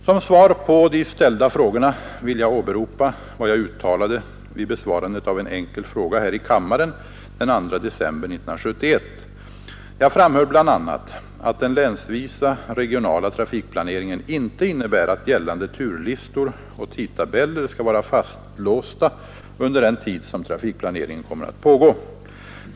Som svar på de ställda frågorna vill jag åberopa vad jag uttalade vid besvarandet av en enkel fråga här i kammaren den 2 december 1971. Jag framhöll bl.a. att den länsvisa regionala trafikplaneringen inte innebär att gällande turlistor och tidtabeller skall vara fastlåsta under den tid som trafikplaneringen kommer att pågå.